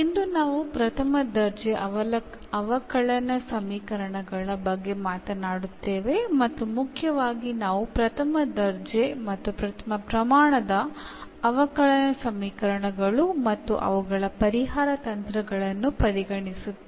ഇന്ന് നമ്മൾ first order differential സമവാക്യങ്ങളെക്കുറിച്ച് സംസാരിക്കും പ്രധാനമായും നമ്മൾ first order first degree differential സമവാക്യങ്ങളെയും അവയുടെ സൊലൂഷൻ കണ്ടെത്തുന്ന രീതികളുമാണ് പരിഗണിക്കുന്നത്